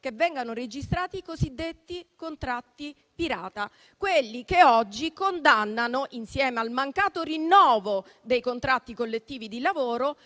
che vengano registrati i cosiddetti contratti pirata, quelli che oggi costituiscono, insieme al mancato rinnovo dei contratti collettivi di lavoro,